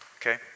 Okay